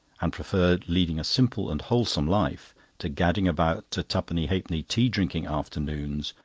and preferred leading a simple and wholesome life to gadding about to twopenny-halfpenny tea-drinking afternoons,